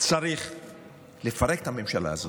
צריך לפרק את הממשלה הזאת,